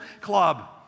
club